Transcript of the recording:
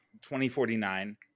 2049